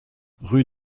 rue